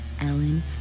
Ellen